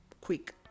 quick